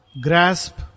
grasp